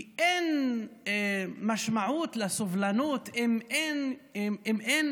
כי אין משמעות לסובלנות אם אין